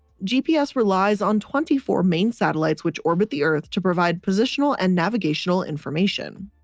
gps relies on twenty four main satellites which orbit the earth to provide positional and navigational information.